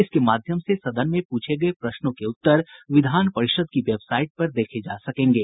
इसके माध्यम से सदन में पूछे गये प्रश्नों के उत्तर विधान परिषद की वेबसाइट पर देखे जा सकेंगे